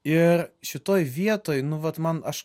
ir šitoj vietoj nu vat man aš